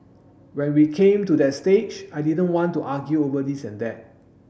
when we came to that stage I didn't want to argue over this and that